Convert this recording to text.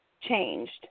changed